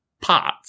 parts